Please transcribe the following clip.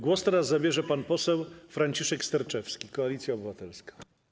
Głos zabierze pan poseł Franciszek Sterczewski, Koalicja Obywatelska.